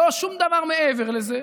לא שום דבר מעבר לזה.